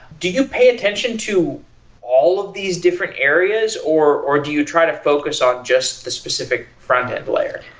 do you pay attention to all of these different areas or or do you try to focus on just the specific frontend layer?